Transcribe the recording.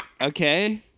okay